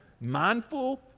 mindful